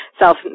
self